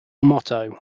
motto